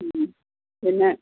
മ്മ് പിന്നെ